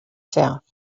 south